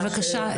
בבקשה,